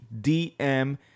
DM